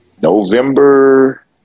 November